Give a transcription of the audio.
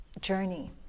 journey